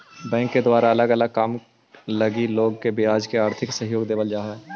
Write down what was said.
bank के द्वारा अलग अलग काम लगी लोग के ब्याज पर आर्थिक सहयोग देवल जा हई